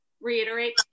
reiterate